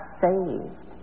saved